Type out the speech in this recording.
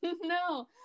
no